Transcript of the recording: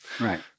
right